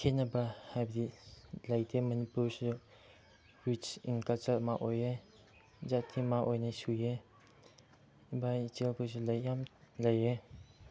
ꯈꯦꯠꯅꯕ ꯍꯥꯏꯕꯗꯤ ꯂꯩꯇꯦ ꯃꯅꯤꯄꯨꯔꯁꯨ ꯔꯤꯁ ꯏꯟ ꯀꯜꯆꯔ ꯑꯃ ꯑꯣꯏꯌꯦ ꯖꯥꯇꯤꯃꯛ ꯑꯣꯏꯅ ꯁꯨꯏꯌꯦ ꯏꯕꯥꯏ ꯏꯆꯜ ꯈꯣꯏꯁꯨ ꯂꯩ ꯌꯥꯝ ꯂꯩꯌꯦ